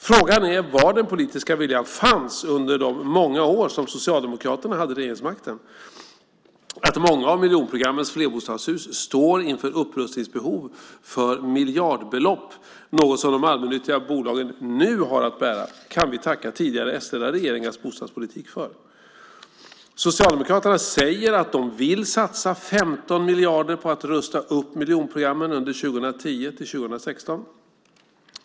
Frågan är var den politiska viljan fanns under de många år som Socialdemokraterna hade regeringsmakten. Att många av miljonprogrammens flerbostadshus står inför upprustningsbehov för miljardbelopp, något som de allmännyttiga bolagen nu har att bära, kan vi tacka tidigare s-ledda regeringars bostadspolitik för. Socialdemokraterna säger att de vill satsa 15 miljarder på att rusta upp miljonprogrammen under 2010-2016.